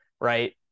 right